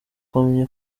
kose